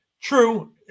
True